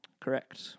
Correct